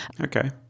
Okay